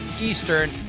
Eastern